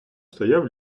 стояв